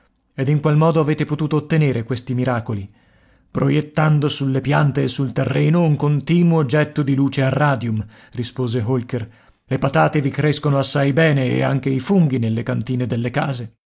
freddo ed in qual modo avete potuto ottenere questi miracoli proiettando sulle piante e sul terreno un continuo getto di luce a radium rispose holker le patate vi crescono assai bene e anche i funghi nelle cantine delle case